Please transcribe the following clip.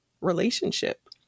relationship